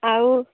ଆଉ